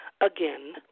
again